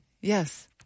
yes